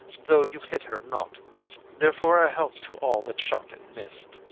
though you hit her not therefore a health to all that shot and miss'd.